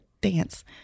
dance